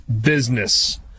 business